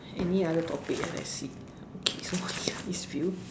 any other topic ah let's see okay so only got this few